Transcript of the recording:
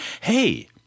Hey